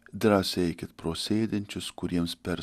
drąsiai eikit pro sėdinčius kuriems per